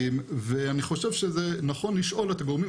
ואני חושב שזה נכון לשאול את הגורמים,